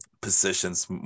positions